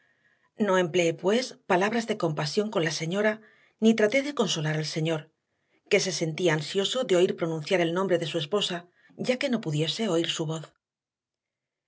no empleé pues palabras de compasión con la señora ni traté de consolar al señor que se sentía ansioso de oír pronunciar el nombre de su esposa ya que no pudiese oír su voz